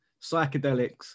psychedelics